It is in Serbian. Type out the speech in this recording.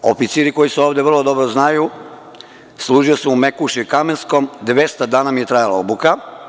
Oficiri koji su ovde vrlo dobro znaju, služio sam u Mekuše Kamenskom, dvesta dana mi je trajala obuka.